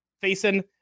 facing